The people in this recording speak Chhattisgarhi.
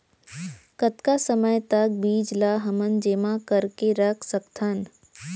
कतका समय तक बीज ला हमन जेमा करके रख सकथन?